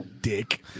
dick